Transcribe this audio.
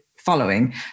following